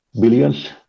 billions